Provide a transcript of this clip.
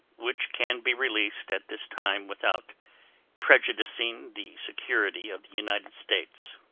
which can be released at this time without prejudicing the security of the united states.